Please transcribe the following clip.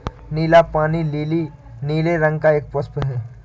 नीला पानी लीली नीले रंग का एक पुष्प है